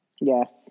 Yes